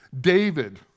David